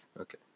Okay